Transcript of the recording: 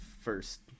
first